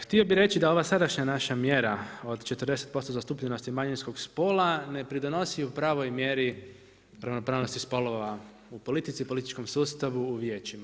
Htio bih reći da ova sadašnja naša mjera od 40# zastupljenosti manjinskog spola ne pridonosi u pravoj mjeri ravnopravnosti spolova u politici, političkom sustavu, u vijećima.